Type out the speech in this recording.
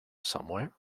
somewhere